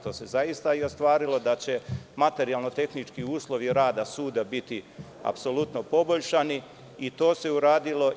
To se zaista i ostvarilo, da će materijalno tehnički uslovi rada suda biti apsolutno poboljšani, i to se uradilo.